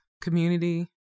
community